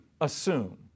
assume